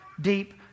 deep